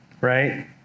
Right